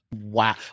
Wow